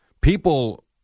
people